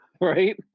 right